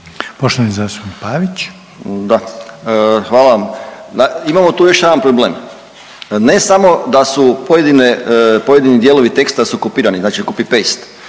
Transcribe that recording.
(Socijaldemokrati)** Da, hvala vam. Imamo tu još jedan problem. Ne samo da su pojedini dijelovi teksta su kopirani, znači copy paste,